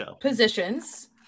positions